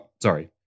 sorry